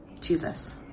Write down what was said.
Jesus